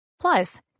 Plus